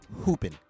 Hooping